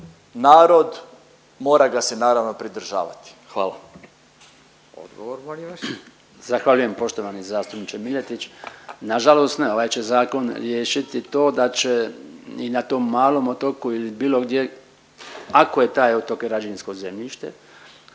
Odgovor molim vas. **Bačić, Branko (HDZ)** Zahvaljujem poštovani zastupniče Miletić, nažalost ne, ovaj će zakon riješiti to da će i na tom malom otoku ili bilo gdje ako je taj otok građevinsko zemljište,